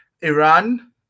Iran